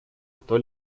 кто